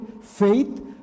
faith